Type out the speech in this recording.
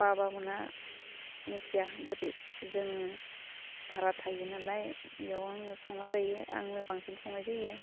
बाबामोनहा मिथिया बोरै जोङो भारा थायो नालाय बियाव आङो संना जायो आंनो बांसिन संनाय जायो